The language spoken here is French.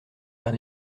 vers